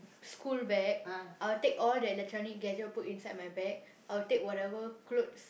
school bag I'll take all the electronic gadget put inside my bag I'll take whatever clothes